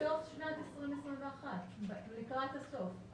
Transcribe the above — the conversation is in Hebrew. בסוף שנת 2021. לקראת הסוף.